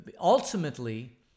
Ultimately